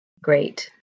great